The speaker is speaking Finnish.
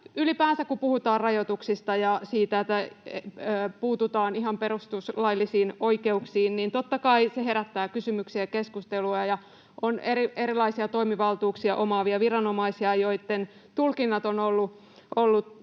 ylipäänsä kun puhutaan rajoituksista ja siitä, että puututaan ihan perustuslaillisiin oikeuksiin, niin totta kai se herättää kysymyksiä ja keskustelua ja on erilaisia toimivaltuuksia omaavia viranomaisia, joitten tulkinnat ovat olleet